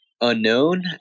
unknown